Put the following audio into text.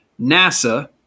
NASA